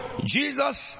Jesus